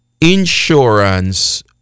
insurance